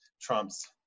Trump's